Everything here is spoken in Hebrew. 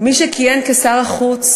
מי שכיהן כשר החוץ